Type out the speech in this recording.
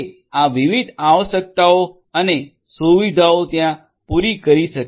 આ વિવિધ આવશ્યકતાઓ અને સુવિધાઓ ત્યાં પૂરી કરી શકે છે